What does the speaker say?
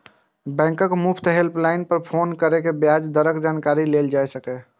बैंकक मुफ्त हेल्पलाइन पर फोन कैर के ब्याज दरक जानकारी लेल जा सकैए